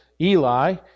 Eli